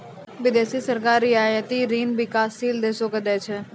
बिदेसी सरकार रियायती ऋण बिकासशील देसो के दै छै